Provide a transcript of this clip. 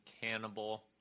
cannibal